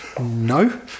no